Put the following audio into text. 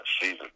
season